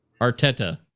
Arteta